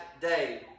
day